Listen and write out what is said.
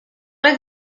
les